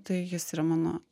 tai jis yra mano